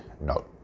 No